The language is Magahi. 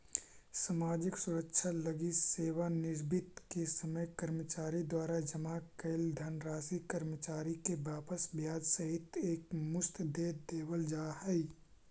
सामाजिक सुरक्षा लगी सेवानिवृत्ति के समय कर्मचारी द्वारा जमा कैल धनराशि कर्मचारी के वापस ब्याज सहित एक मुश्त दे देवल जाहई